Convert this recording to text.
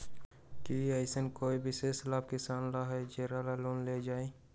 कि अईसन कोनो विशेष लाभ किसान ला हई जेकरा ला लोन लेल जाए?